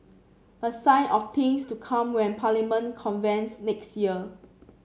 a sign of things to come when Parliament convenes next year